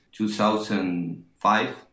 2005